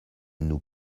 nous